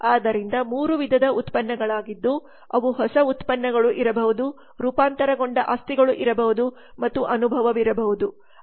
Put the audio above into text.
ಆದ್ದರಿಂದ 3 ವಿಧದ ಉತ್ಪನ್ನಗಳಾಗಿದ್ದು ಅವು ಹೊಸ ಉತ್ಪನ್ನಗಳು ಇರಬಹುದು ರೂಪಾಂತರಗೊಂಡ ಆಸ್ತಿಗಳು ಇರಬಹುದು ಮತ್ತು ಅನುಭವವಿರಬಹುದು